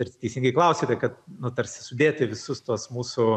ir teisingai klausiate kad nu tarsi sudėti visus tuos mūsų